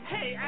Hey